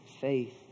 faith